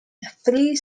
three